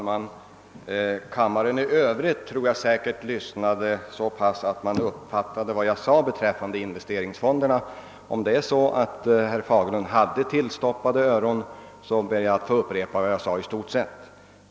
Herr talman! Jag tror att kammaren i övrigt lyssnade och uppfattade vad jag sade beträffande investeringsfonderna. Om herr Fagerlund hade öronen tillstoppade, ber jag att få upprepa i stort sett vad jag sade.